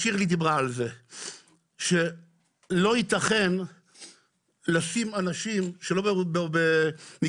לא יתכן לשים אנשים בערבוב של